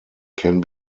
can